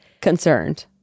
concerned